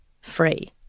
free